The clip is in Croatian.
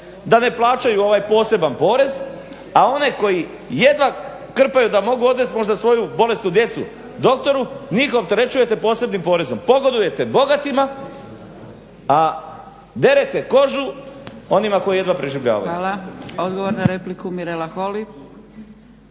da ne plaćaju ovaj poseban porez, a one koji jedva krpaju da možda mogu odvesti svoju bolesnu djecu doktoru, njih opterećujete posebnim porezom. Pogodujete bogatima, a derete kožu onima koji jedva preživljavaju. **Zgrebec, Dragica (SDP)** Hvala. Odgovor na repliku Mirela Holy.